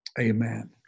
Amen